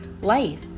life